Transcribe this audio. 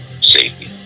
safety